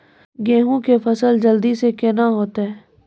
गेहूँ के फसल जल्दी से के ना होते?